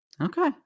Okay